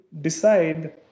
decide